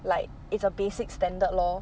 like it's a basic standard lor